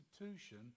institution